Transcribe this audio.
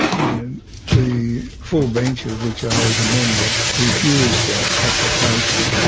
and the full bench, of which i was a member, refused that application.